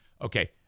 Okay